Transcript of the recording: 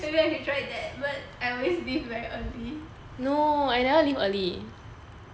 maybe I can try with that but I always leave very early